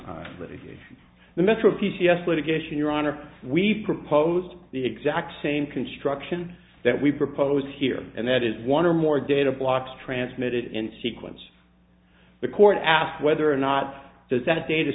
sleepy the metro p c s litigation your honor we proposed the exact same construction that we propose here and that is one or more data blocks transmitted in sequence the court asked whether or not does that data